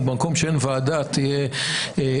או במקום שאין ועדה תהיה ועדה.